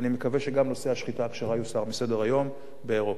אני מקווה שגם נושא השחיטה הכשרה יוסר מסדר-היום באירופה.